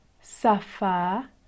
Safa